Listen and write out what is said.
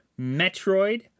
metroid